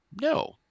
No